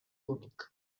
únic